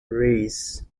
reese